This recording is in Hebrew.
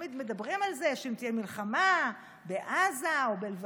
תמיד מדברים על זה שאם תהיה מלחמה בעזה,